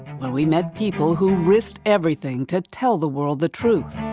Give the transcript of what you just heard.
where we met people who risked everything to tell the world the truth,